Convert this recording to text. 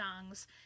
songs